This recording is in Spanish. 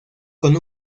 con